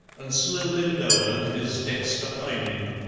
and slowly lowered his dexter eyelid.